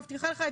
אני מבטיחה לך,